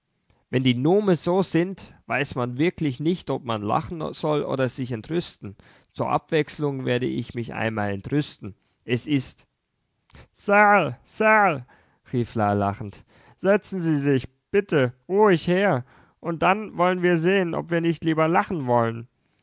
wenn die nume so sind weiß man wirklich nicht ob man lachen soll oder sich entrüsten zur abwechslung werde ich mich einmal entrüsten es ist sal sal rief la lachend setzen sie sich bitte ruhig her und dann wollen wir sehen ob wir nicht lieber lachen wollen